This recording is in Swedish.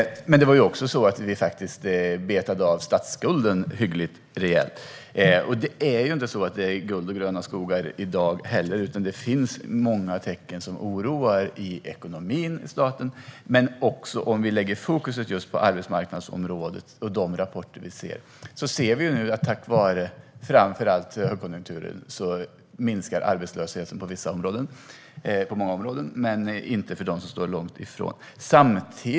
Men vi betade också av statsskulden rejält. Det är inte guld och gröna skogar i dag heller, utan det finns många tecken som oroar i statens ekonomi. Om vi lägger fokus på arbetsmarknadsområdet och de rapporter vi ser kan vi konstatera att arbetslösheten nu, framför allt tack vare högkonjunkturen, minskar på många områden, men inte för dem som står långt ifrån.